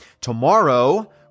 Tomorrow